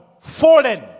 fallen